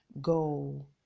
go